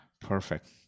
Perfect